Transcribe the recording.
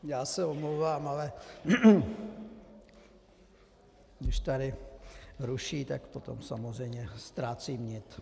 Já se omlouvám, ale když tady ruší, tak potom samozřejmě ztrácím nit.